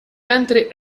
ventre